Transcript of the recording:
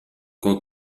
con